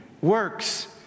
works